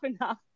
enough